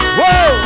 Whoa